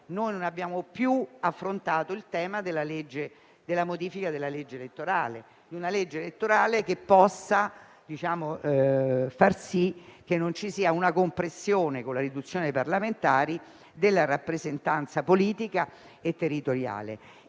non abbiamo più affrontato il tema della modifica della legge elettorale per avere un sistema che possa far sì che non ci sia una compressione, con la riduzione del numero dei parlamentari, della rappresentanza politica e territoriale.